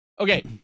Okay